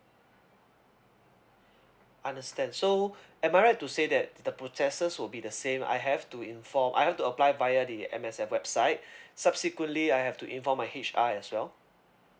understand so am I right to say that the processes will be the same I have to inform I have to apply via the M_S_F website subsequently I have to inform my H_R as well